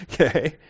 Okay